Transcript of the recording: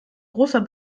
großer